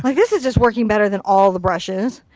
like this is just working better than all the brushes.